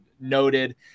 noted